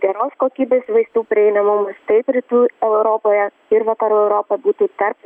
geros kokybės vaistų prieinamumas taip rytų europoje ir vakarų europa būtų tarp